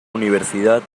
universidad